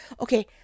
okay